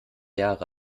jahre